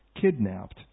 kidnapped